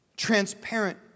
Transparent